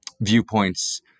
viewpoints